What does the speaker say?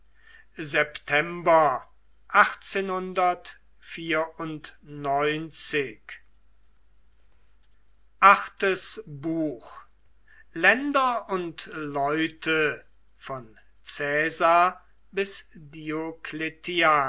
länder und leute von caesar bis